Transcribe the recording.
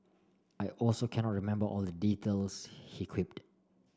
I also cannot remember all the details he quipped